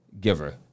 Giver